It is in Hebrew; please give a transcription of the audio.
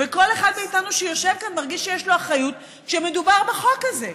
וכל אחד מאיתנו שיושב כאן מרגיש שיש לו אחריות כשמדובר בחוק הזה,